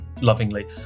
lovingly